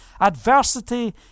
adversity